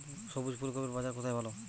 সবুজ ফুলকপির বাজার কোথায় ভালো?